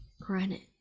Granite